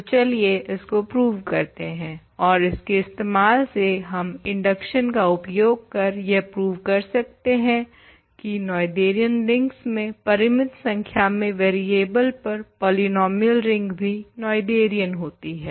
तो चलिए इसको प्रुव करते हैं और इसके इस्तेमाल से हम इंडक्शन का उपयोग कर यह प्रुव कर सकते हैं की नोएथेरियन रिंग्स में परिमित संख्या में वेरियेबल्स पर पॉलीनोमियल रिंग भी नोएथेरियन होती है